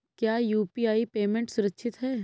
क्या UPI payment सुरक्षित है?